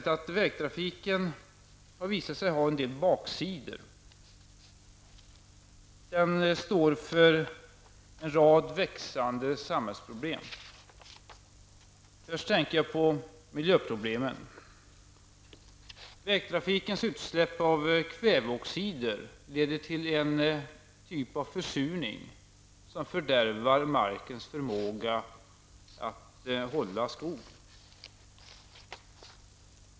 Vägtrafiken har ju visat sig ha en del baksidor. Den står för en rad växande samhällsproblem. Först tänker jag på miljöproblemen. Vägtrafikens utsläpp av kväveoxider leder till en typ av försurning som fördärvar markens förmåga att hålla skog.